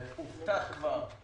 כבר הובטח כמה